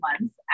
months